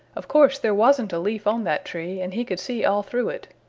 of course there wasn't a leaf on that tree, and he could see all through it.